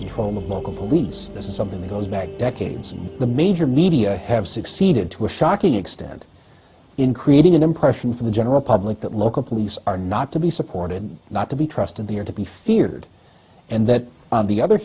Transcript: control of local police this is something that goes back decades and the major media have succeeded to a shocking extent in creating an impression for the general public that local police are not to be supported not to be trusted they are to be feared and that on the other